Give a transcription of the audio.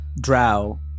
drow